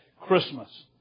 Christmas